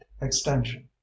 extension